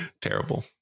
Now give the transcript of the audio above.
terrible